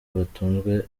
batunzwe